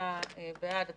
אין אושר.